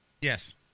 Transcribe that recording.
Yes